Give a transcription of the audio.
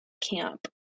camp